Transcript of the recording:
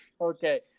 Okay